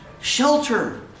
shelter